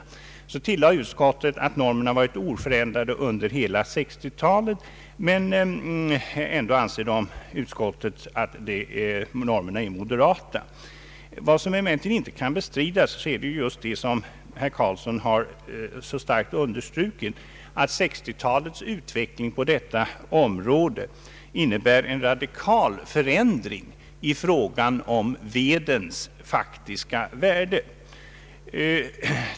Utskottet tillade att normerna varit oförändrade under hela 1960-talet men att de ändå kunde anses vara moderata. Vad som emellertid inte kan bestridas är just det som herr Eric Carlsson så starkt understrukit, nämligen att 1960-talets utveckling på detta område innebär en radikal förändring beträffande vedens faktiska värde.